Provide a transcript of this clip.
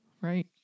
right